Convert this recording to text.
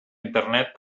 internet